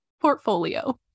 portfolio